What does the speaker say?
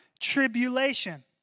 tribulation